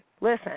listen